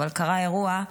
אבל קרה אירוע,